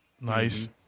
Nice